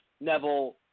Neville